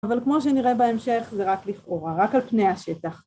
אבל כמו שנראה בהמשך, זה רק לכאורה, רק על פני השטח.